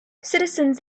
citizens